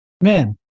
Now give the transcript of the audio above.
Man